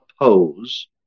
oppose